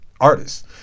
artists